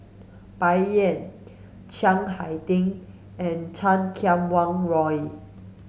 Bai Yan Chiang Hai Ding and Chan Kum Wah Roy